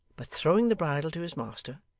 but throwing the bridle to his master,